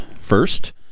First